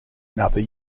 another